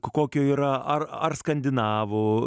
kokio yra ar ar skandinavų